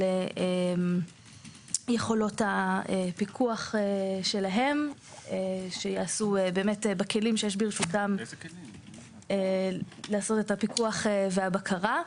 יכולות הפיקוח שלהם שיעשו בכלים שיש ברשותם לעשות את הפיקוח והבקרה.